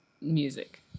music